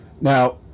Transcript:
now